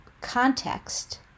context